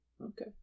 Okay